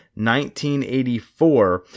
1984